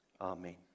Amen